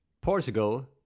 portugal